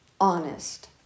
honest